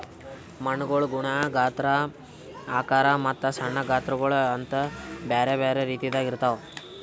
ಮಣ್ಣುಗೊಳ್ ಗುಣ, ಗಾತ್ರ, ಆಕಾರ ಮತ್ತ ಸಣ್ಣ ಗಾತ್ರಗೊಳ್ ಅಂತ್ ಬ್ಯಾರೆ ಬ್ಯಾರೆ ರೀತಿದಾಗ್ ಇರ್ತಾವ್